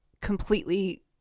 completely